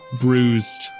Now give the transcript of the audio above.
bruised